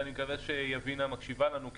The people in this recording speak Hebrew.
ואני מקווה שיבינה מקשיבה לנו,